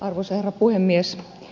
arvoisa herra puhemies